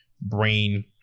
brain